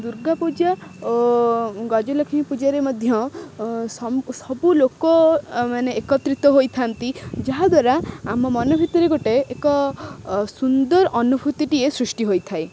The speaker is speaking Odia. ଦୁର୍ଗା ପୂଜା ଓ ଗଜଲକ୍ଷ୍ମୀ ପୂଜାରେ ମଧ୍ୟ ସବୁ ଲୋକମାନେ ଏକତ୍ରିତ ହୋଇଥାନ୍ତି ଯାହାଦ୍ୱାରା ଆମ ମନ ଭିତରେ ଗୋଟେ ଏକ ସୁନ୍ଦର ଅନୁଭୂତିଟିଏ ସୃଷ୍ଟି ହୋଇଥାଏ